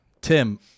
Tim